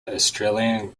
australian